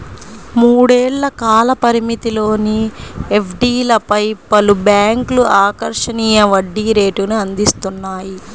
మూడేళ్ల కాల పరిమితిలోని ఎఫ్డీలపై పలు బ్యాంక్లు ఆకర్షణీయ వడ్డీ రేటును అందిస్తున్నాయి